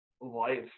life